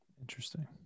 Interesting